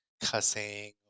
cussing